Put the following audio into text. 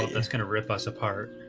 that's gonna rip us apart